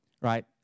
right